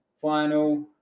final